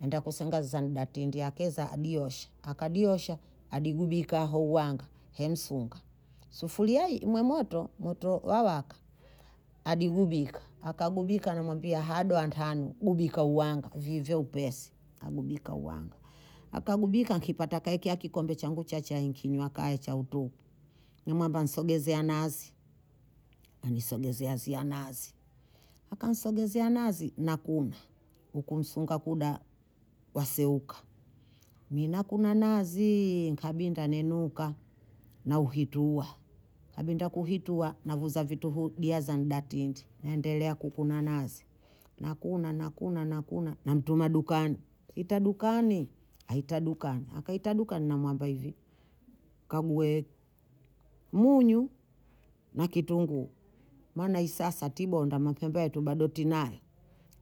Naenda kusangaza sahani dantitiakeza adiosha, akadiosha, adigubika hao uwanga hemsunga, sufuria hi mwe moto, moto wa waka, adigubika, akagubika namwambia hado antanu kubika uwanga uwanga viie upesi, agubika uwanga, akagubika nkipata kaekea kikombe changu cha chai nkinywa kae chautuhu, nimwamba nsogezea nazi, anisogezea ziya nazi, akanisogezea nazi nakuna, huku msunga kuda waseuka, mi nakuna naziii nkabinda neenuka, nauhitua, kabinda kuuhitua navuza vituhu dia za mdatindi, naendelea kukuna nazi, nakuna nakuna nakuna namtuma dukani, ita dukani, aita dukani, akaita dukani namwamba hivi kague munyu na kitunguu maana hii sasa tibonda mapembe yetu bado tinayo,